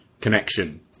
connection